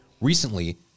Recently